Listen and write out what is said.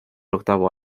octavo